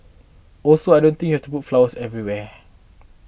also I don't think you have to put flowers everywhere